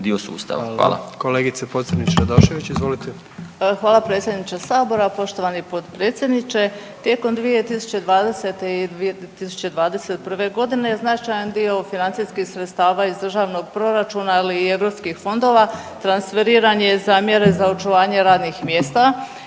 Pocrnić Radošević.Izvolite. **Pocrnić-Radošević, Anita (HDZ)** Hvala Predsjedniče Sabora. Poštovani Potpredsjedniče, tijekom 2020 i 2021 godine značajan dio financijskih sredstava iz Državnog proračuna ali i Europskih fondova transferiran je za mjere za očuvanje radnih mjesta